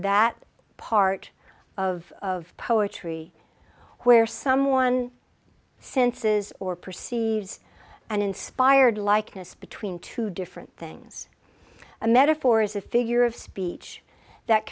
that part of poetry where someone senses or perceives an inspired likeness between two different things a metaphor is a figure of speech that